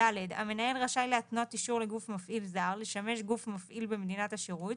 המנהל רשאי להתנות אישור לגוף מפעיל זר לשמש גוף מפעיל במדינת השירות,